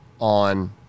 on